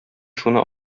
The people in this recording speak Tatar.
шуны